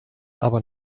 aber